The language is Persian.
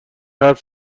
حرف